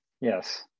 Yes